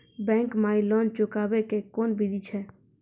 Bank माई loan चुकाबे के कोन बिधि छै?